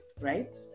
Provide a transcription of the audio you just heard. Right